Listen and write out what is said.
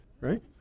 Right